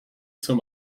zum